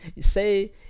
Say